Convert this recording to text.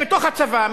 בתוך הצבא,